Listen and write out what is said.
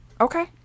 Okay